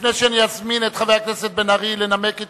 לפני שאני אזמין את חבר הכנסת בן-ארי לנמק את